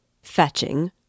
Fetching